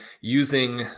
using